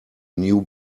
new